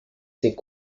s’est